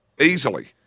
easily